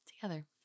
together